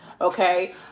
Okay